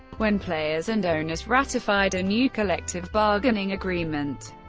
when players and owners ratified a new collective bargaining agreement,